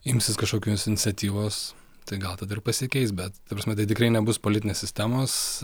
imsis kažkokios iniciatyvos tai gal tada ir pasikeis bet ta prasme tai tikrai nebus politinės sistemos